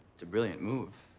it's a brilliant move.